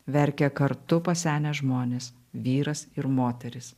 verkia kartu pasenę žmonės vyras ir moteris